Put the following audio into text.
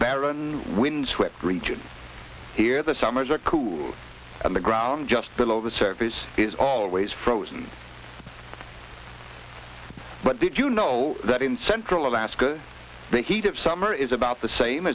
barren windswept region here the summers are cool and the ground just below the surface is always frozen but did you know that in central alaska the heat of summer is about the same